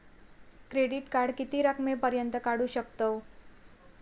Credit card किती रकमेपर्यंत काढू शकतव?